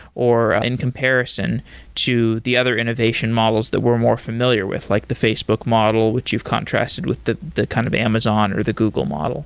or in comparison to the other innovation models that were more familiar with like the facebook model, which you've contrasted with the the kind of amazon, or the google model